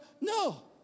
No